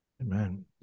Amen